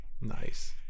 Nice